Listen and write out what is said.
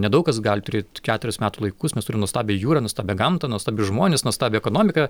nedaug kas gali turėt keturis metų laikus mes turim nuostabią jūrą nuostabią gamtą nuostabius žmones nuostabią ekonomiką